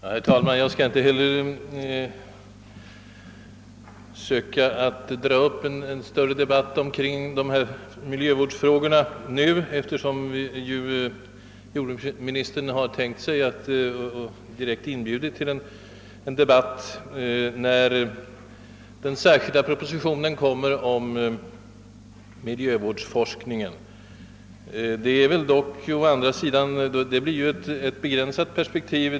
Herr talman! Jag skall inte heller dra upp en större debatt kring de olika mijövårdsfrågor vi här berört. Jordbruksministern har ju tänkt sig — och direkt inbjudit till — en sådan debatt när den särskilda propositionen om miljövårdsforskning läggs fram. Men i samband därmed kommer väl miljövården att belysas ur ett begränsat perspektiv.